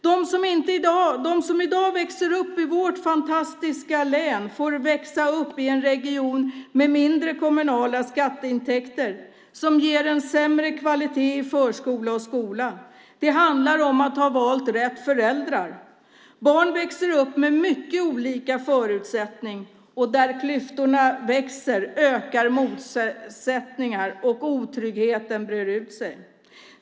De som i dag växer upp i vårt fantastiska län får växa upp i en region med mindre kommunala skatteintäkter, vilket ger en sämre kvalitet i förskola och skola. Det handlar om att ha valt rätt föräldrar. Barn växer upp med mycket olika förutsättningar. Där klyftorna växer ökar motsättningar, och otryggheten breder ut sig.